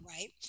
Right